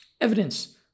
evidence